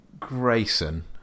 Grayson